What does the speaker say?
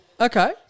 Okay